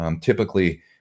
Typically